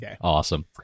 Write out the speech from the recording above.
Awesome